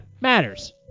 matters